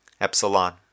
Epsilon